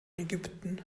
ägypten